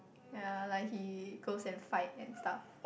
yea like he goes and fight and stuff